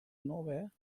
nowhere